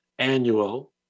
annual